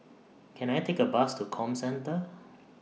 Can I Take A Bus to Comcentre